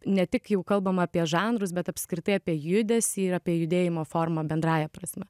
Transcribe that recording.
ne tik jau kalbama apie žanrus bet apskritai apie judesį ir apie judėjimo formą bendrąja prasme